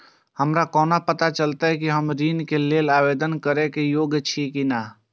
हमरा कोना पताा चलते कि हम ऋण के लेल आवेदन करे के योग्य छी की ने?